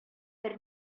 бер